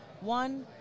One